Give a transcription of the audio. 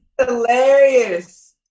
hilarious